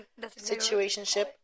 Situationship